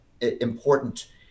important